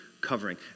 covering